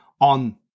on